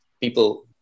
people